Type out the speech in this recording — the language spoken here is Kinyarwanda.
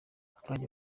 abaturage